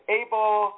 able